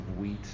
wheat